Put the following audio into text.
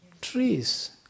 trees